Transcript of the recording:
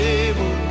able